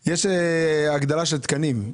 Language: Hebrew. יש הגדלה של תקנים,